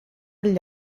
gli